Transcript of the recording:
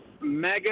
mega